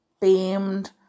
beamed